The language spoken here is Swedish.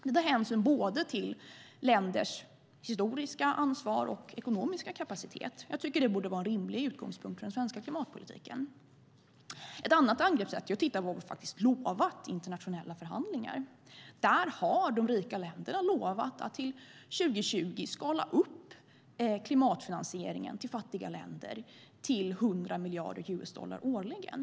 Den tar hänsyn både till länders historiska ansvar och till deras ekonomiska kapacitet. Jag tycker att det borde vara en rimlig utgångspunkt för den svenska klimatpolitiken. Ett annat angreppssätt är att titta på vad vi har lovat i internationella förhandlingar. Där har de rika länderna lovat att till år 2020 skala upp klimatfinansieringen till fattiga länder till 100 miljarder US-dollar årligen.